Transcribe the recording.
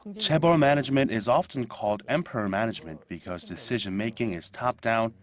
and chaebol management is often called emperor management. because decision-making is top-down,